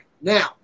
Now